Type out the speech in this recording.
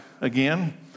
again